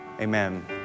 Amen